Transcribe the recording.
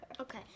Okay